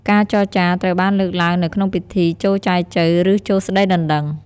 ការចរចារត្រូវបានលើកឡើងនៅក្នុងពិធី ចូលចែចូវ ឬ ចូលស្តីដណ្តឹង។